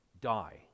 die